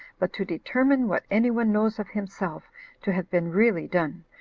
but to determine what any one knows of himself to have been really done,